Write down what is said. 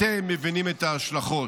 אתם מבינים את ההשלכות.